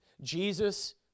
Jesus